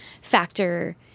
factor